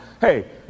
Hey